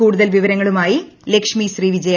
കൂടുതൽ വിവരങ്ങളുമായി ലക്ഷ്മി ശ്രീ വിജയ